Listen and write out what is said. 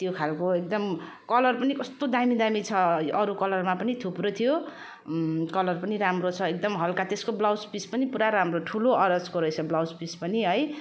त्यो खाले एकदम कलर पनि कस्तो दामी दामी छ अरू कलरमा पनि थुप्रै थियो कलर पनि राम्रो छ एकदम हल्का त्यसको ब्लाउज पिस पनि पुरा राम्रो ठुलो अरजको रहेछ ब्लाउज पिस पनि है